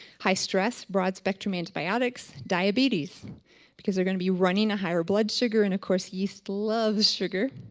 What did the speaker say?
high stress. broad spectrum antibiotics. diabetes because they're going to be running a higher blood sugar and of course, yeast love sugar.